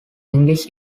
english